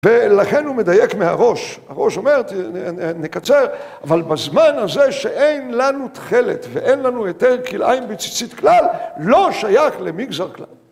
ולכן הוא מדייק מהראש. הראש אומר, נקצר, אבל בזמן הזה שאין לנו תכלת ואין לנו היתר כלאיים בציצית כלל, לא שייך למגזר כלל.